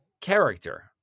character